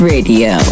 Radio